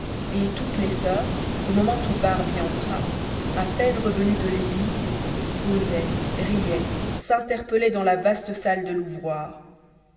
et toutes les soeurs au moment où barbe y entra à peine revenues de l'église causaient riaient s'interpellaient dans la vaste salle de l'ouvroir